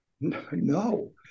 No